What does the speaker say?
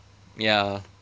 ya